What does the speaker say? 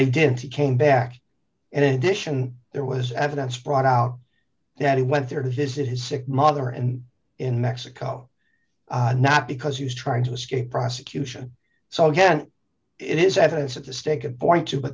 he didn't he came back in addition there was evidence brought out that he went there to visit his sick mother and in mexico not because he was trying to escape prosecution so again it is evidence of the stake a point too but